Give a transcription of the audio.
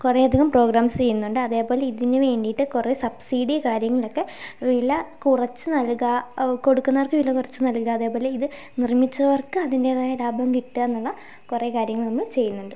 കുറേയധികം പ്രോഗ്രാംസ് ചെയ്യുന്നുണ്ട് അതേപോലെ ഇതിനു വേണ്ടിയിട്ട് കുറേ സബ്സിഡി കാര്യങ്ങളൊക്കെ വില കുറച്ചു നൽകുക കൊടുക്കുന്നവർക്ക് വില കുറച്ച് നൽകുക അതേപോലെ ഇത് നിർമ്മിച്ചവർക്ക് അതിൻ്റേതായ ലാഭം കിട്ടുകയെന്നുള്ള കുറേ കാര്യങ്ങൾ നമ്മൾ ചെയ്യുന്നുണ്ട്